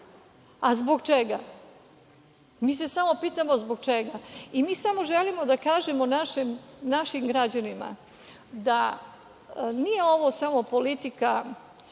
Zbog čega? Mi se samo pitamo zbog čega i samo želimo da kažemo našim građanima da nije ovo samo politika